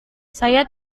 saya